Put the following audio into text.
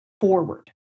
forward